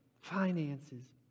finances